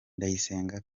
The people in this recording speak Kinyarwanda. ndayisenga